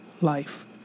life